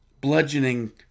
bludgeoning